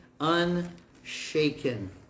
unshaken